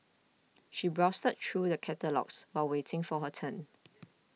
she browsed such through the catalogues while waiting for her turn